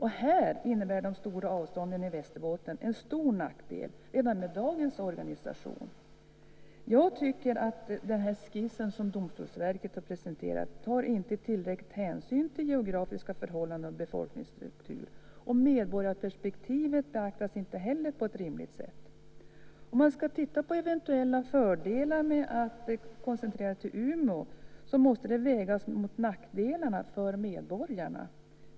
Här innebär de stora avstånden i Västerbotten en stor nackdel även med dagens organisation. Jag tycker att den skiss som Domstolsverket har presenterat inte tar tillräckliga hänsyn till geografiska förhållanden och befolkningsstruktur. Medborgarperspektivet beaktas inte heller på ett rimligt sätt. Eventuella fördelar med att koncentrera verksamheten till Umeå måste vägas mot nackdelarna för medborgarna.